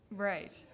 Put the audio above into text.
Right